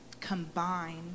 combine